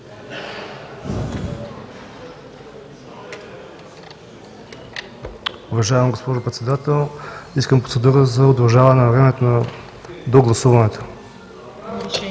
Уважаема госпожо Председател, искам процедура за удължаване на времето до гласуването.